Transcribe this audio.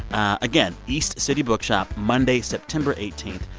again, east city bookshop, monday, september eighteen.